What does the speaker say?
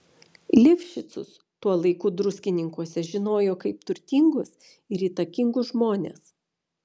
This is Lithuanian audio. lifšicus tuo laiku druskininkuose žinojo kaip turtingus ir įtakingus žmones